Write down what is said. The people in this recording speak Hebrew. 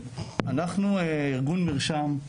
אנחנו ארגון מרשם,